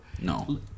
no